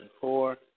four